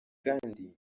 kandi